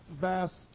vast